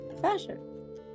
fashion